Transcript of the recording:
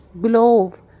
Glove